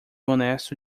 honesto